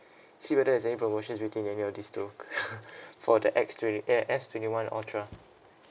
see whether is there any promotions between any of these two for the S twenty ya S twenty one ultra